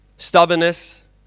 stubbornness